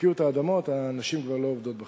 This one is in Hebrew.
הפקיעו את האדמות, הנשים כבר לא עובדות בחקלאות.